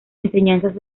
enseñanzas